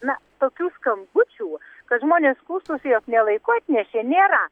na tokių skambučių kad žmonės skųstųsi jog ne laiku atnešė nėra